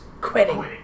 Quitting